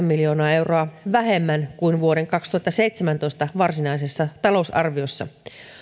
miljoonaa euroa vähemmän kuin vuoden kaksituhattaseitsemäntoista varsinaisessa talousarviossa